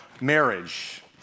marriage